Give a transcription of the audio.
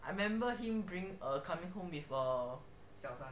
I remember him bring a coming home with a